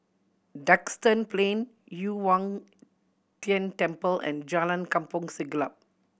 Duxton Plain Yu Huang Tian Temple and Jalan Kampong Siglap